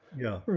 yeah. right.